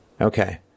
okay